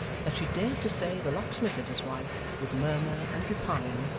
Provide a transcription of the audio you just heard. that she dared to say the locksmith and his wife would murmur, and repine,